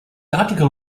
article